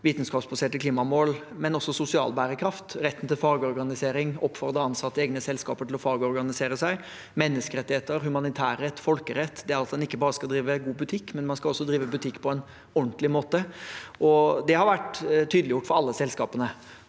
vitenskapsbaserte klimamål, men også sosial bærekraft, retten til fagorganisering, å oppfordre ansatte i egne selskaper til å fagorganisere seg, menneskerettigheter, humanitærrett, folkerett, det at man ikke bare skal drive god butikk, men drive butikk på en ordentlig måte. Dette har vært tydeliggjort for alle selskapene.